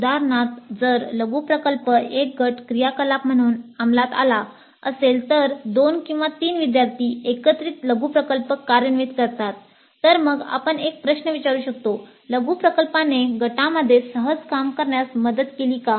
उदाहरणार्थ जर लघु प्रकल्प एक गट क्रियाकलाप म्हणून अंमलात आला असेल तर 2 किंवा 3 विद्यार्थी एकत्रित लघु प्रकल्प कार्यान्वित करतात तर मग आपण एक प्रश्न विचारू शकतो"लघु प्रकल्पाने गटामध्ये सहज काम करण्यास मदत केली का